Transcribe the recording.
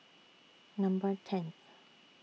Number tenth